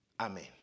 Amen